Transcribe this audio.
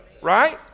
Right